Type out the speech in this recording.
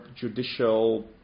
judicial